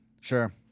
Sure